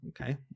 okay